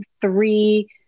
three